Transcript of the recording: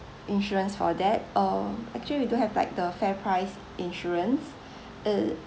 insurance for that um actually we do have like the fair price insurance is